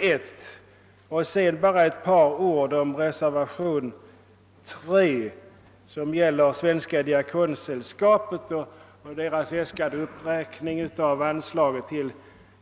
Sedan också bara några ord om reservationen III, som gäller den av Svenska diakonsällskapet äskade uppräkningen av anslaget till